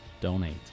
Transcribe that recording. donate